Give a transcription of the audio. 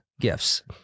gifts